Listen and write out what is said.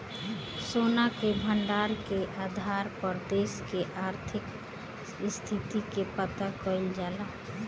सोना के भंडार के आधार पर देश के आर्थिक स्थिति के पता कईल जाला